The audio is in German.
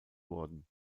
worden